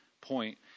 point